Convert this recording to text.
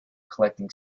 collecting